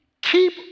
keep